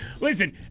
Listen